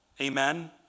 Amen